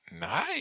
Nice